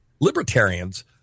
Libertarians